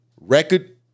record